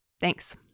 Thanks